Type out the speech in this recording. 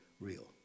real